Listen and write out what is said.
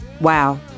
Wow